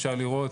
אפשר לראות